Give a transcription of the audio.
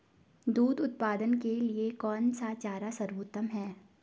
दूध उत्पादन के लिए कौन सा चारा सर्वोत्तम है?